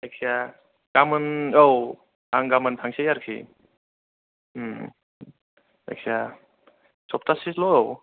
जायखिजाया गाबोन औ आं गाबोन थांसै आरोखि जायखिया सप्तासेल' औ